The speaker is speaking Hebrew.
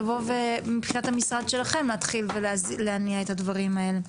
מבחינת המשרד שלכם להתחיל ולהניע את הדברים האלה.